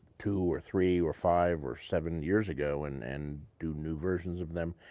two or three or five or seven years ago and and do new versions of them.